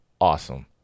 awesome